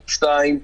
השנייה,